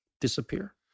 disappear